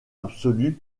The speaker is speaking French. absolue